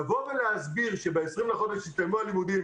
לבוא ולהסביר שב-20 לחודש התקיימו הלימודים,